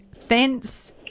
fence